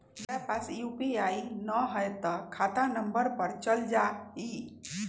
जेकरा पास यू.पी.आई न है त खाता नं पर चल जाह ई?